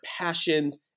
passions